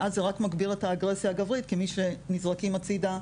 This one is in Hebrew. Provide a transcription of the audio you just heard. ואז זה רק מגביר את האגרסיה הגברית כמי שנזרקים הצידה,